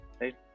Right